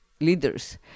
leaders